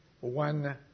one